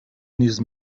نیز